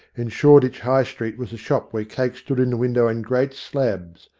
in shoreditch high street was a shop where cake stood in the window in great slabs,